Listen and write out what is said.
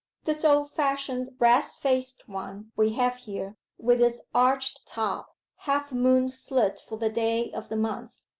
this old-fashioned brass-faced one we have here, with its arched top, half-moon slit for the day of the month,